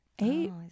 eight